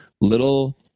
little